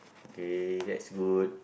okay that's good